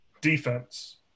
defense